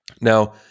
Now